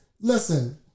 listen